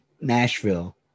Nashville